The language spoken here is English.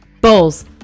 bowls